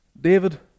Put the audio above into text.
David